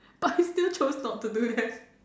but I still chose not to do them